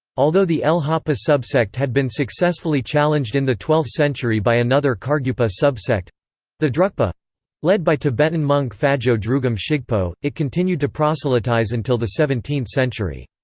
although the lhapa subsect had been successfully challenged in the twelfth century by another kargyupa subsect the drukpa led by tibetan monk phajo drugom shigpo, it continued to proselytize until the seventeenth century.